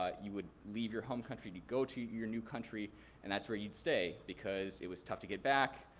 ah you would leave your home country to go to your new country and that's where you'd stay because it was tough to get back,